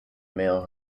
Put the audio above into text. male